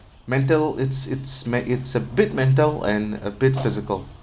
mental it's it's mac~ it's a bit mental and a bit physical